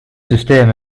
süsteem